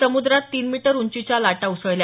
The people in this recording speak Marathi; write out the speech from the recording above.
समुद्रात तीन मीटर उंचीच्या लाटा उसळल्या